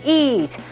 eat